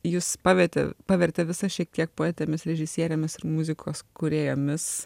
jus pavetė pavertė visas šiek tiek poetėmis režisierėmis ir muzikos kūrėjomis